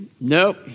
nope